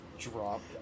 Drop